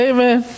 Amen